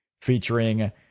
featuring